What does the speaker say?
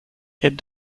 est